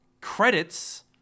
credits